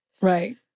Right